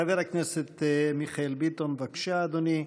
חבר הכנסת מיכאל ביטון, בבקשה, אדוני.